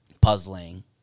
puzzling